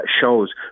shows